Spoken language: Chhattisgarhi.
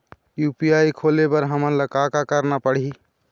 यू.पी.आई खोले बर हमन ला का का करना पड़ही?